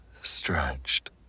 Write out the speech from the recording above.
stretched